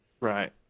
Right